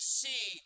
see